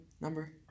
number